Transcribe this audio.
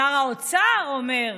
שר האוצר אומר: